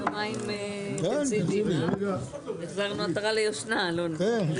הישיבה ננעלה בשעה 22:02.